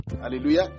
Hallelujah